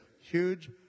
huge